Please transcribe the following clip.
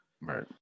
Right